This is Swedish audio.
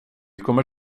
kommer